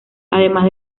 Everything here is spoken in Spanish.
además